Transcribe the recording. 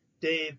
Dave